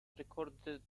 recorded